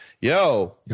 Yo